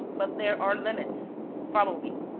but there are limits. follow me.